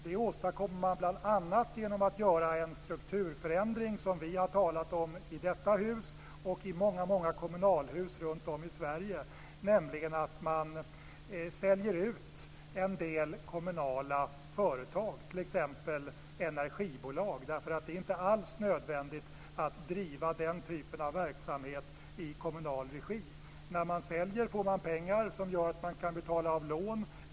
Det åstadkommer man bl.a. genom att göra en strukturförändring, som vi har talat om i detta hus och i många kommunalhus runt om i Sverige, nämligen genom att sälja ut en del kommunala företag, t.ex. energibolag. Det är inte alls nödvändigt att driva den typen av verksamhet i kommunal regi. När man säljer får man pengar, som gör att man kan betala av lån.